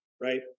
right